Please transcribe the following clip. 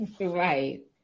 Right